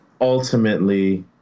ultimately